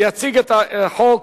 יציג את הצעת החוק